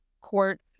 court